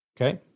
Okay